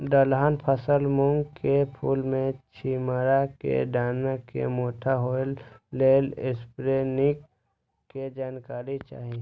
दलहन फसल मूँग के फुल में छिमरा में दाना के मोटा होय लेल स्प्रै निक के जानकारी चाही?